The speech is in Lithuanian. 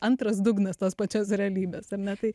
antras dugnas tos pačios realybės ar ne tai